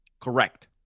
Correct